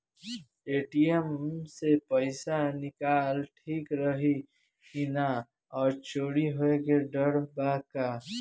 ATM से पईसा निकालल ठीक रही की ना और चोरी होये के डर बा का?